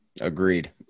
Agreed